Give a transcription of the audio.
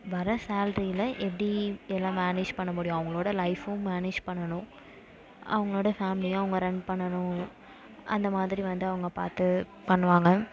வர சேல்ரியில எப்படி எல்லாம் மேனேஜ் பண்ண முடியும் அவங்களோட லைஃபும் மேனேஜ் பண்ணணும் அவங்களோட ஃபேமிலியும் அவங்க ரன் பண்ணணும் அந்தமாதிரி வந்து அவங்க பார்த்து பண்ணுவாங்க